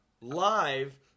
live